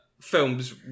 films